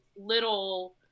little